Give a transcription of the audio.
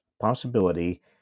possibility